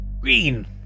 Green